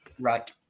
Right